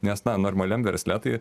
nes na normaliam versle tai